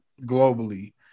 globally